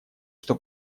что